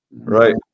Right